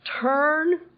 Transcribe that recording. turn